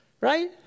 right